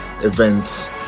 events